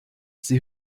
sie